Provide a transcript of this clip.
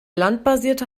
landbasierte